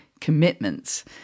commitments